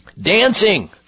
dancing